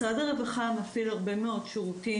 משרד הרווחה מפעיל הרבה מאוד שירותים